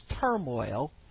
turmoil